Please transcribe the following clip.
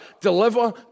deliver